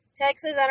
Texas